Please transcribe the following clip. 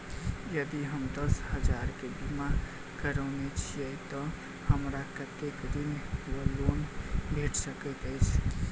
यदि हम दस हजार केँ बीमा करौने छीयै तऽ हमरा कत्तेक ऋण वा लोन भेट सकैत अछि?